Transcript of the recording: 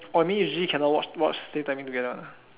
or you mean usually cannot watch watch same timing together